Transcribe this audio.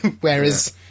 whereas